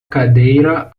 cadeira